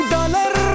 Dollar